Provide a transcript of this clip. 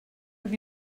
have